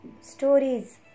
stories